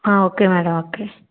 okay madam okay